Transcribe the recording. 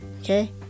Okay